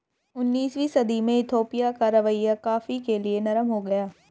उन्नीसवीं सदी में इथोपिया का रवैया कॉफ़ी के लिए नरम हो गया